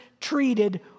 treated